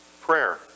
prayer